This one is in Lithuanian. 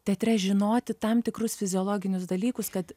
teatre žinoti tam tikrus fiziologinius dalykus kad